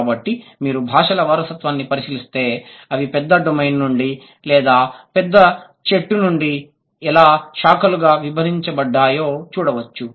కాబట్టి మీరు భాషల వారసత్వాన్ని పరిశీలిస్తే అవి పెద్ద డొమైన్ నుండి లేదా పెద్ద చెట్టు నుండి ఎలా శాఖలుగా విభజించబడ్డాయో చూడవచ్చు